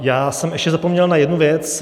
Já jsem ještě zapomněl na jednu věc.